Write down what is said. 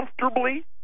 comfortably